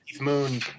Moon